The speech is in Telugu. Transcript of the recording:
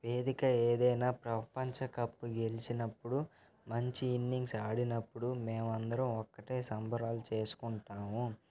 వేదిక ఏదైనా ప్రపంచ కప్పు గెలిచినప్పుడు మంచి ఇన్నింగ్స్ ఆడినప్పుడు మేమందరం ఒక్కటే సంబరాలు చేసుకుంటాము